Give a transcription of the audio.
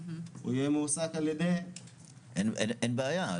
הוא יהיה מועסק על-ידי --- אין בעיה,